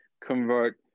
convert